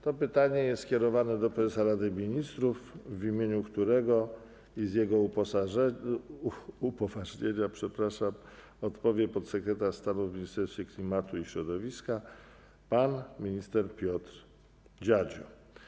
To pytanie jest skierowane do prezesa Rady Ministrów, w imieniu którego, i z jego upoważnienia, odpowie podsekretarz stanu w Ministerstwie Klimatu i Środowiska pan minister Piotr Dziadzio.